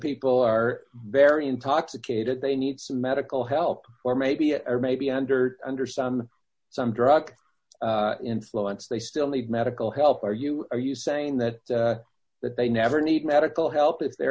people are very intoxicated they need some medical help or maybe or maybe under under some some drug influence they still need medical help are you are you saying that they never need medical help if they're